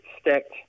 stacked